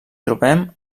trobem